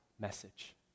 message